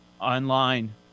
online